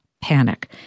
panic